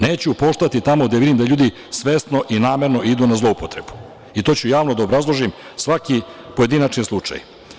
Neću poštovati tamo gde vidim da ljudi svesno i namerno idu na zloupotrebu i to ću javno da obrazložim, svaki pojedinačni slučaj.